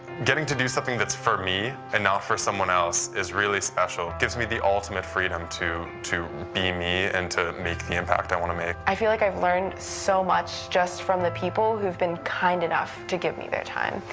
getting to do something that's for me and not for someone else is really special. gives me the ultimate freedom to to be me and to make the impact i want to make. i feel like i've learned so much just from the people who've been kind enough to give me their time.